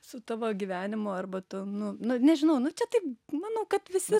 su tavo gyvenimu arba tu nu nu nežinau nu čia taip manau kad visi